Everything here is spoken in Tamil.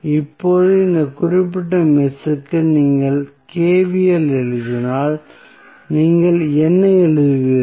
இப்போது இந்த குறிப்பிட்ட மெஷ்க்கு நீங்கள் KVL எழுதினால் நீங்கள் என்ன எழுதுவீர்கள்